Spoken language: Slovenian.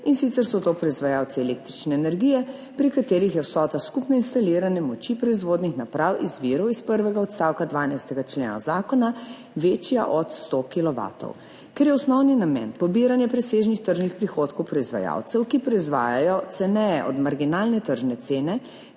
in sicer so to proizvajalci električne energije, pri katerih je vsota skupne instalirane moči proizvodnih naprav iz virov iz prvega odstavka 12. člena zakona večja od 100 kilovatov. Ker je osnovni namen pobiranje presežnih tržnih prihodkov proizvajalcev, ki proizvajajo ceneje od marginalne tržne cene,